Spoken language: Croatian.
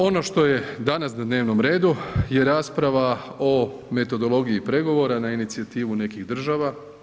Ono što je danas na dnevnom redu je rasprava o metodologiji pregovora na inicijativu nekih država.